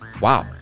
Wow